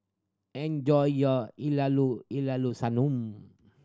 enjoy your sanum